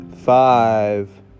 Five